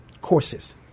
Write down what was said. courses